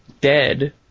dead